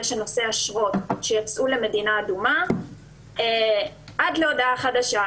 של נושאי אשרות שיצאו למדינה אדומה עד להודעה חדשה.